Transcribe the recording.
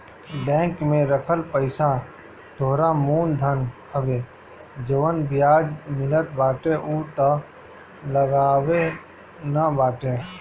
bank में रखल पईसा तोहरा मूल धन हवे जवन बियाज मिलत बाटे उ तअ लाभवे न बाटे